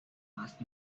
asked